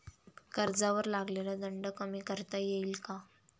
कर्जावर लागलेला दंड कमी करता येईल का?